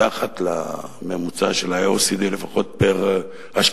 מתחת לממוצע של ה-OECD, לפחות השקעה פר-תלמיד.